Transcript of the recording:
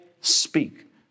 speak